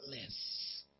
less